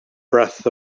breath